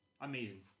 Amazing